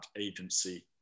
agency